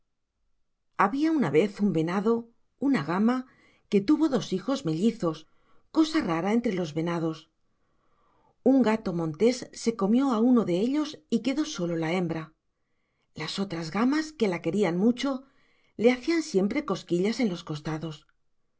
había una vez un venado una gama que tuvo dos hijos mellizos cosa rara entre los venados un gato montés se comió a uno de ellos y quedó sólo la hembra las otras gamas que la querían mucho le hacían siempre cosquillas en los costados